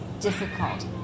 difficult